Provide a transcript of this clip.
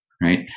right